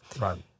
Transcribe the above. Right